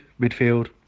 midfield